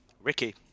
Ricky